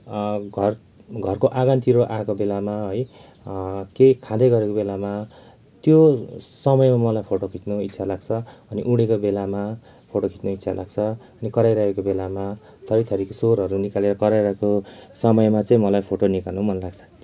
घर घरको आँगनतिर आएको बेलामा है केही खाँदै गरेको बेलामा त्यो समयमा मलाई फोटो खिच्नु इच्छा लाग्छ अनि उडेको बेलामा फोटो खिच्नु इच्छा लाग्छ अनि कराइरहेको बेलामा थरीथरीको स्वरहरू निकालेर कराइरहेको समयमा चाहिँ मलाई फोटो निकाल्नु मनलाग्छ